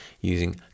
using